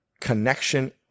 connection